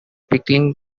picking